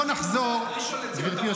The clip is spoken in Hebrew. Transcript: בוא נחזור ---- אין לך מושג,